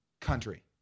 country